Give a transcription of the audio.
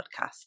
podcast